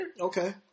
Okay